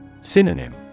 Synonym